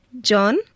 John